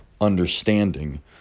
understanding